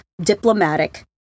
diplomatic